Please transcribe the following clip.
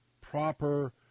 proper